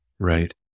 Right